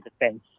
defense